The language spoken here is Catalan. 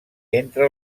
entre